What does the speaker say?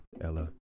Ella